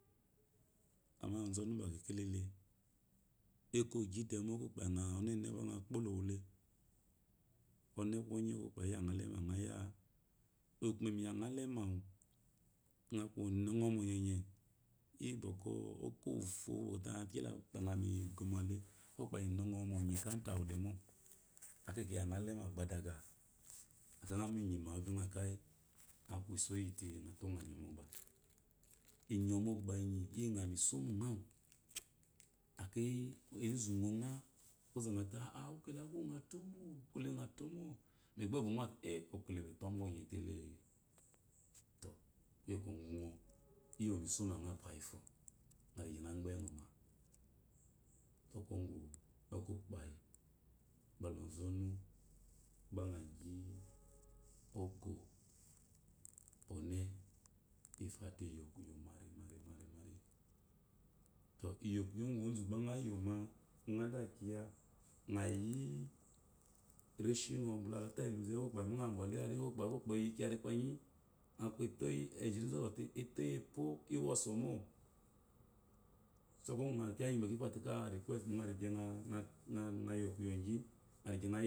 Mo azɔnu be kekevle eko ogyite ɔnɔne gbe ngo kpoo wule ɔne kwɔnyi okopayi eya alema ngoya nngo leuma ayanga alema aku nongome onyenye iyibwɔkwɔ okowefo wataka da ngoyimi gome oko kpayi edongomo ɔnyenye tayimo akeyi gbeynge dema gbadaga keyi ngoma inuyimawa binga keyi aku isote ngato ngango mobga nnyomogwu ying yimisoan ngawu akeyi enzuwunga gba ozangete okole akuwu ngo tomo okle ngo tomo de ga ngo te ekole bwɔ kwɔ eto ombu ɔnyenyetele ta iyi oyi misono ngo fo pwayifo tayi ngo gbeen gɔma so kuwo gu okokpayi bala ɔzɔnu gba nga gyi oko ɔne ifote yokuyo marimari tɔ iyokuyo gu ozuu gba ngo yole nngo adakiya ngoyi reshi bala ari yi okokpayi mo okokpayi eyi arikpenyi ajinzu ɔzɔte eto yepo iwu osomo so kiya gyi kifote yokuyo magyi ngo yokuyoghi ngo ngye ngo.